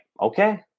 okay